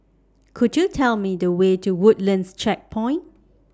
Could YOU Tell Me The Way to Woodlands Checkpoint